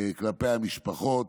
כלפי המשפחות,